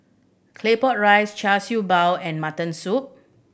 Claypot Rice Char Siew Bao and mutton soup